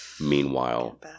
Meanwhile